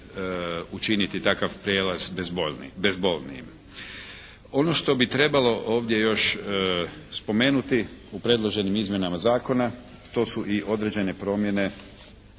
učiniti takav prijelaz bezbolnijim. Ono što bi trebalo ovdje još spomenuti u predloženim izmjenama zakona, to su i određene promjene